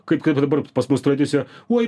kaip kai dabar pas mus tradicija uoi